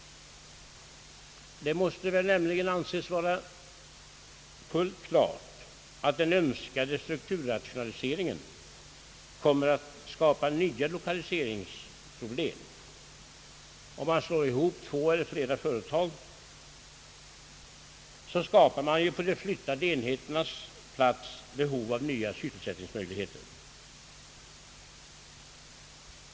Det måste väl nämligen anses vara fullt klart att den önskade strukturrationaliseringen kommer att skapa nya lokaliseringsproblem. Om man slår ihop två eller fiera företag så skapar man ju på de nedlagda enheternas plats behov av nya sysselsättningsmöjligheter.